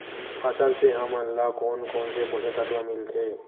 फसल से हमन ला कोन कोन से पोषक तत्व मिलथे?